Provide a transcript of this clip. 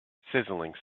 sizzling